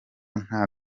nta